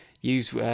use